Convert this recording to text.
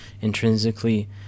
intrinsically